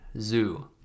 zoo